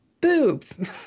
boobs